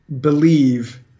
believe